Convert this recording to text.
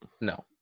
No